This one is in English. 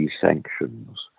sanctions